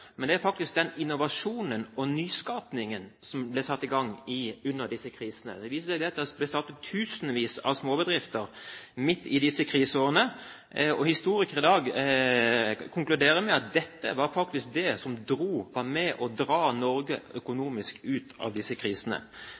gang under disse krisene. Det ble startet tusenvis av småbedrifter midt i disse kriseårene, og historikere i dag konkluderer med at dette faktisk var det som var med på å dra Norge økonomisk ut av disse krisene,